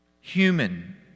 human